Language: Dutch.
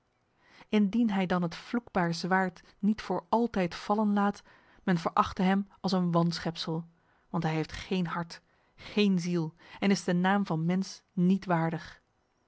indien hij dan het vloekbaar zwaard niet voor altijd vallen laat men verachte hem als een wanschepsel want hij heeft geen hart geen ziel en is de naam van mens niet waardig